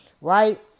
right